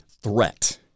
threat